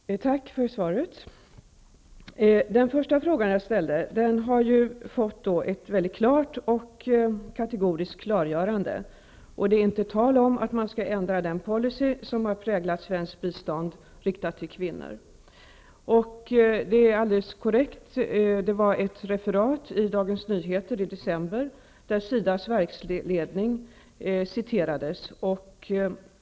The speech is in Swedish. Fru talman! Tack för svaret. När det gäller den första frågan jag ställde har jag fått ett tydligt och kategoriskt klargörande. Det är inte tal om att man skall ändra den policy som har präglat svenskt bistånd riktat till kvinnor. Det är alldeles korrekt att det var ett referat i Dagens Nyheter i december där SIDA:s verksledning citerades.